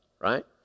right